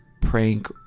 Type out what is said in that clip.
prank